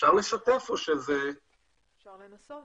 אני מתנצל